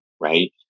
right